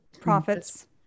profits